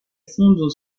fonde